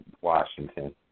Washington